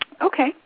Okay